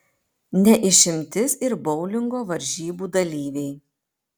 ne išimtis ir boulingo varžybų dalyviai